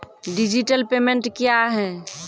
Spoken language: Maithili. डिजिटल पेमेंट क्या हैं?